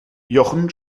jochen